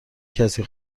کسی